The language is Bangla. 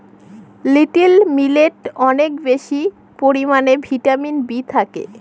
লিটিল মিলেটে অনেক বেশি পরিমানে ভিটামিন বি থাকে